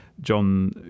John